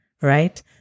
right